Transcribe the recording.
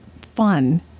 fun